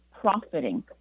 profiting